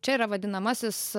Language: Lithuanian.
čia yra vadinamasis